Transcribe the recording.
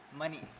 Money